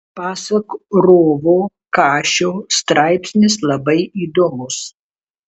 pasak rovo kašio straipsnis labai įdomus